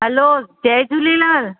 हलो जय झूलेलाल